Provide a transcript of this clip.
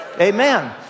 Amen